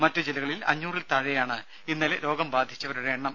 മറ്റ് ജില്ലകളിൽ അഞ്ഞൂറിൽ താഴെയാണ് ഇന്നലെ രോഗം ബാധിച്ചവരുടെ എണ്ണം